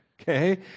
Okay